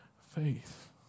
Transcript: faith